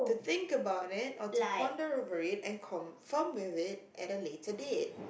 think about it or to ponder over it and confirm with it at a later date